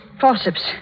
Forceps